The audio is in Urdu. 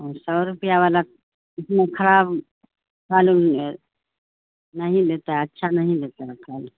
سو روپیہ والا اتنا خراب نہیں لیتا اچھا نہیں لیتا